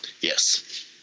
yes